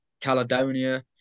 Caledonia